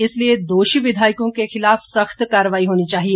इसलिए दोषी विधायकों के खिलाफ सख्त कार्रवाई होनी चाहिए